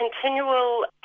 continual